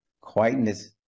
Quietness